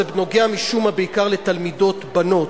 זה נוגע משום מה בעיקר לתלמידות בנות,